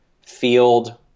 field